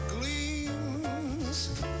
gleams